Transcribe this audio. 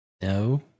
No